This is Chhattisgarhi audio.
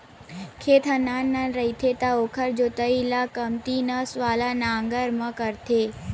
खेत ह नान नान रहिथे त ओखर जोतई ल कमती नस वाला नांगर म करथे